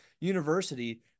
university